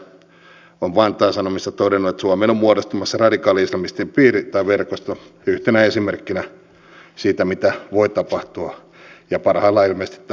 esimerkiksi tänään suojelupoliisin edustaja on vantaan sanomissa todennut että suomeen on muodostumassa radikaali islamistien piiri tai verkosto yhtenä esimerkkinä siitä mitä voi tapahtua ja parhaillaan ilmeisesti tapahtuu